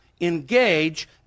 engage